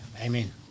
amen